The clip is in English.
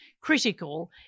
critical